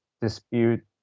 dispute